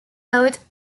out